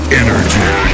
energy